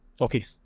Okay